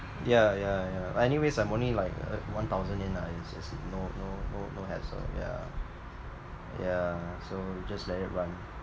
ya ya ya anyways I'm only like one thousand yen ah as you know know know has a yeah yeah so just let it run